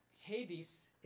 Hades